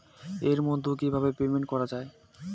এর মাধ্যমে কিভাবে পেমেন্ট করা য়ায়?